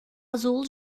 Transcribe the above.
azul